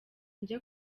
njya